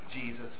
Jesus